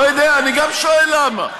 לא יודע, אני גם שואל למה.